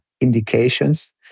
indications